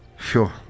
Sure